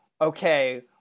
okay